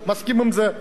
מסכים עם זה חד-משמעית.